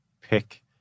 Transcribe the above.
pick